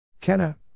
Kenna